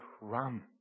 run